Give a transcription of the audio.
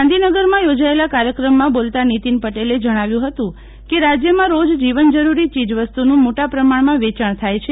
ગાંધીનગરમાં યોજાયેલા કાર્યક્રમમાં બોલતા નીતિન પટેલે જણાવ્યું હતું કે રાજ્યમાં રોજ જીવન જરૂરી ચીજ વસ્તુનું મોટા પ્રમાણ માં વેચાણ થાય છે